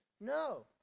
No